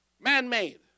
man-made